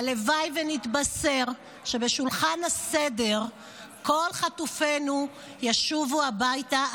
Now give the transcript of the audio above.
והלוואי ונתבשר שבשולחן הסדר כל חטופינו ישובו הביתה,